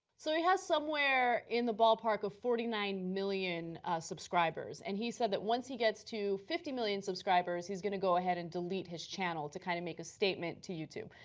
so it has somewhere in the ballpark of forty nine million subscribers, and he said that once he gets to fifty million subscribers he's going to go ahead and delete his channel to kind of make a statement to youtube.